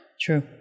True